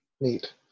Neat